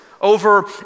over